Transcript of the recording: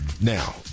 now